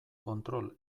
kontrol